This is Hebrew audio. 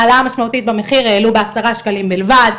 העלאה משמעותית במחיר העלו בעשרה שקלים בלבד.